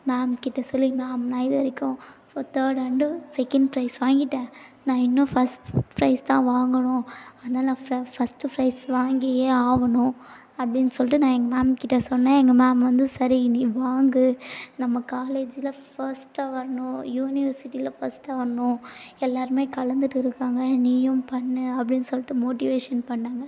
மேம்கிட்ட சொல்லி மேம் நான் இதுவரைக்கும் தேர்ட் அண்ட்டு செகண்ட் ப்ரைஸ் வாங்கிவிட்டேன் நான் இன்னும் ஃபஸ்ட் ப்ரைஸ் தான் வாங்கணும் அதனால் நான் ஃபஸ்ட்டு ப்ரைஸ் வாங்கியே ஆகணும் அப்படின்னு சொல்லிட்டு நான் எங்கள் மேம்கிட்ட சொன்னேன் எங்கள் மேம் வந்து சரி நீ வாங்கு நம்ம காலேஜ்ஜில் ஃபஸ்ட்டாக வரணும் யூனிவர்சிட்டியில் ஃபஸ்ட்டாக வரணும் எல்லோருமே கலந்துகிட்டுருக்காங்க நீயும் பண்ணு அப்படின்னு சொல்லிட்டு மோட்டிவேஷன் பண்ணாங்க